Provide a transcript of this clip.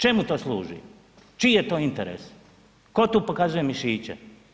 Čemu to služi, čiji je to interes, tko tu pokazuje mišiće?